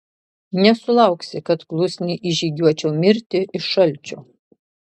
nesulauksi kad klusniai išžygiuočiau mirti iš šalčio